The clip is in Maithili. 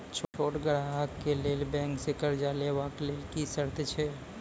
छोट ग्राहक कअ बैंक सऽ कर्ज लेवाक लेल की सर्त अछि?